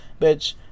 bitch